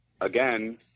again